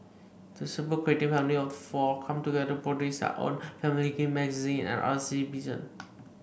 the super creative family of four come together to produce their own family magazines and art exhibition